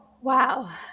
Wow